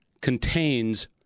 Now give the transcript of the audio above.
contains